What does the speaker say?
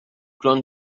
grown